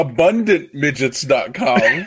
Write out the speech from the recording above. Abundantmidgets.com